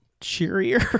cheerier